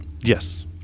Yes